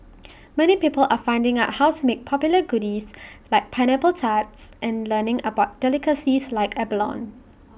many people are finding out how to make popular goodies like pineapple tarts and learning about delicacies like abalone